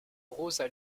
rosa